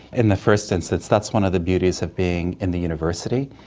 in the first instance that's one of the beauties of being in the university.